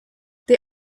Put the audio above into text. they